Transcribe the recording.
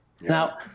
Now